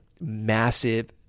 massive